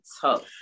tough